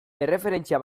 erreferentzia